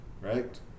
right